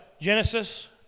Genesis